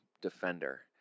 defender